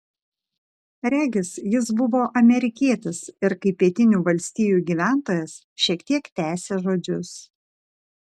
regis jis buvo amerikietis ir kaip pietinių valstijų gyventojas šiek tiek tęsė žodžius